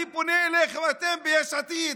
אני פונה אליכם, אתם ביש עתיד: